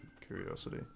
curiosity